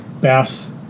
Bass